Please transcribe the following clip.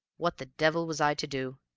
what the devil was i to do?